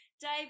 Dave